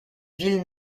ville